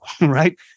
right